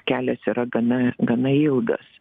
kelias yra gana gana ilgas